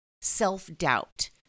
self-doubt